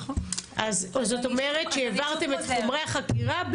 אז זאת אומרת שהעברתם את חומרי החקירה,